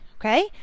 okay